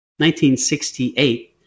1968